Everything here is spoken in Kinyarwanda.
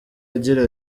agira